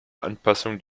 anpassung